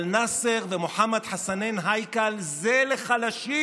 אבל נאצר ומוחמד חסנין הייכל זה לחלשים.